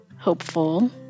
hopeful